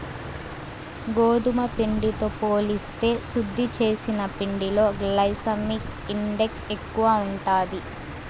గోధుమ పిండితో పోలిస్తే శుద్ది చేసిన పిండిలో గ్లైసెమిక్ ఇండెక్స్ ఎక్కువ ఉంటాది